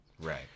Right